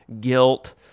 guilt